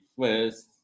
first